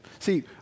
See